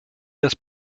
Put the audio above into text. das